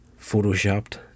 Photoshopped